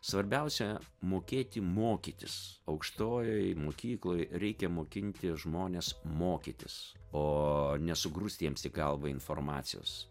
svarbiausia mokėti mokytis aukštojoj mokykloj reikia mokinti žmones mokytis o ne sugrūst jiems į galvą informacijos